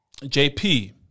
JP